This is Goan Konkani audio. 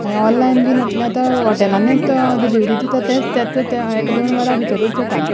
आनी ऑनलायन बी म्हणल्यार आतां हॉटेलांतूय डिलिव्हरी दितात ते एक दोन वरां भितरूच जाता